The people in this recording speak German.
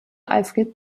alfred